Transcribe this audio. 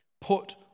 put